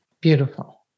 Beautiful